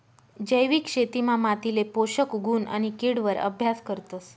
जैविक शेतीमा मातीले पोषक गुण आणि किड वर अभ्यास करतस